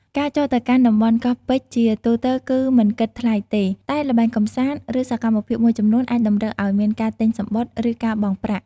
ការចូលទៅកាន់តំបន់កោះពេជ្រជាទូទៅគឺ មិនគិតថ្លៃទេ តែល្បែងកម្សាន្ត ឬសកម្មភាពមួយចំនួនអាចតម្រូវឱ្យមានការទិញសំបុត្រ ឬការបង់ប្រាក់។